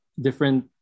different